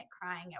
crying